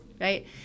right